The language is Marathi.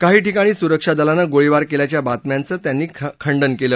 काही ठिकाणी सुरक्षा दलानं गोळीबार केल्याच्या बातम्यांचं त्यांनी खंडन केलं